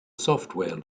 software